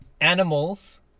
animals